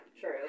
true